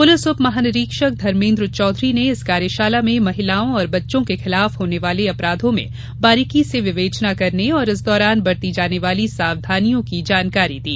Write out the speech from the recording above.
police उप महानिरीक्षक धर्मेन्द्र चौधरी ने इस कार्यशाला में महिलाओं और बच्चों के खिलाफ होने वाले अपराधों में बारिकी से विवेचना करने और इस दौरान बरती जाने वाली सावधानियों की जानकारी दी